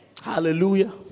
hallelujah